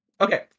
okay